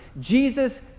Jesus